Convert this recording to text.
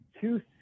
two